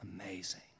amazing